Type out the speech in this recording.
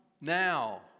now